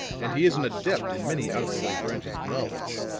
and he is an adept in many out of the way branches of knowledge.